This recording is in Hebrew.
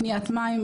קניית מים,